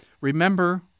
Remember